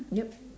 yup